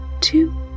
two